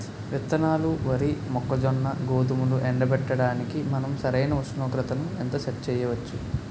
విత్తనాలు వరి, మొక్కజొన్న, గోధుమలు ఎండబెట్టడానికి మనం సరైన ఉష్ణోగ్రతను ఎంత సెట్ చేయవచ్చు?